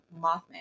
mothman